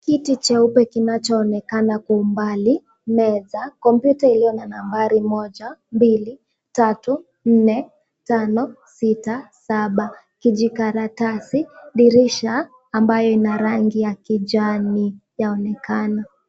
Kiti cheupe kinachoonekana kwa umbali, meza, komyuta iliyo na nambari 1,2,3,4,5,6,7, kijikatratasi, dirisha ambayo ina rangi ya kijani yaonekana.